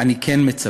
אני כן מצפה: